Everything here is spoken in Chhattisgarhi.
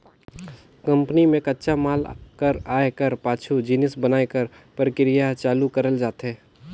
कंपनी में कच्चा माल कर आए कर पाछू जिनिस बनाए कर परकिरिया चालू करल जाथे